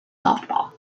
softball